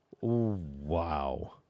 wow